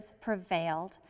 prevailed